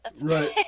Right